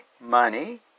money